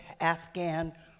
Afghan